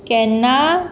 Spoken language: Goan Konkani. केन्ना